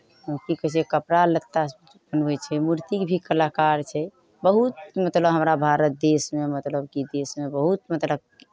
ओ की कहै छै कपड़ा लत्ता बनबै छै मूर्तिके भी कलाकार छै बहुत मतलब हमरा भारत देशमे मतलब कि देशमे बहुत मतलब